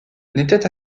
n’était